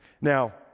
Now